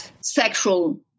sexual